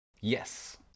Yes